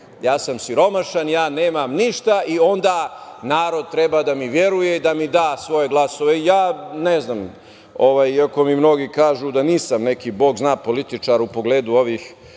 ja sam siromašan, ja nemam ništa i onda narod treba da mi veruje i da mi da svoje glasove. Ne znam, iako mi mnogi kažu da nisam neki Bog zna političar u pogledu ovih